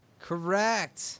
Correct